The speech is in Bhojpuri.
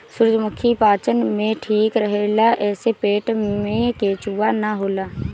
सूरजमुखी पाचन में ठीक रहेला एसे पेट में केचुआ ना होला